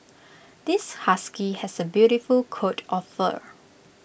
this husky has A beautiful coat of fur